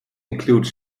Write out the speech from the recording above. include